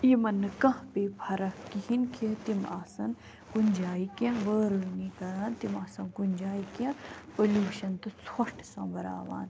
یِمَن نہٕ کانٛہہ پیٚیہِ فرق کِہیٖنۍ کہِ تِم آسَن کُنہِ جایہِ کیٚنٛہہ وٲرٲنی کَران تِم آسَن کُنہِ جایہِ کیٚنٛہہ پوٚلیوٗشَن تہٕ ژھۄٹھ سۄمبراوان